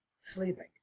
sleeping